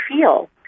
feel